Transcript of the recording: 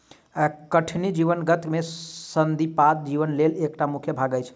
कठिनी जीवजगत में संधिपाद जीवक लेल एकटा मुख्य भाग अछि